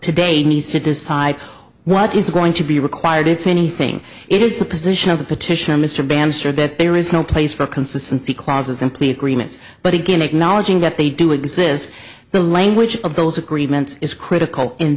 today needs to decide what is going to be required if anything it is the position of the petitioner mr bannister that there is no place for consistency clauses in plea agreements but again acknowledging that they do exist the language of those agreements is critical in